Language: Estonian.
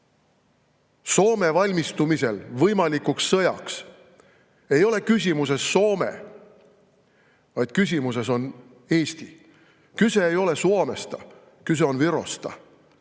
Soome valmistumisel võimalikuks sõjaks ei ole küsimus Soomes, vaid küsimus on Eestis. Kyse ei ole Suomesta, kyse on Virosta,